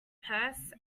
purse